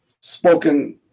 spoken